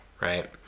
right